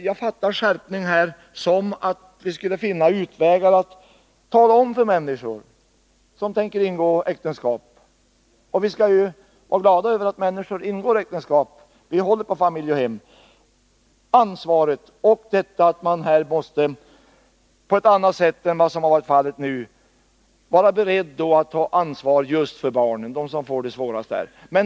Jag fattar det uttrycket som att vi skulle finna utvägar att för människor som tänker ingå äktenskap — och vi skall vara glada över att människor ingår äktenskap; vi håller på familj och hem — peka på att man på ett annat sätt än vad som har varit fallet nu måste vara beredd att ta ansvar just för barnen, för dem som får det svårast.